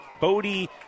Bodie